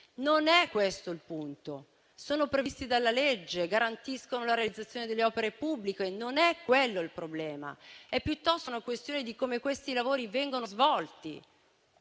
Non è questo il punto. Sono previsti dalla legge e garantiscono la realizzazione delle opere pubbliche. Non è quello il problema è piuttosto una questione di come questi lavori vengono svolti.